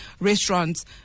restaurants